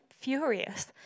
furious